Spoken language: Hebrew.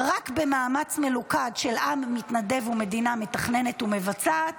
"רק במאמץ מלוכד של עם מתנדב ומדינה מתכננת ומבצעת